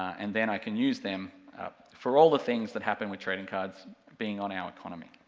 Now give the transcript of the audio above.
and then i can use them for all the things that happen with trading cards, being on our economy.